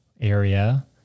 area